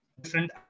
different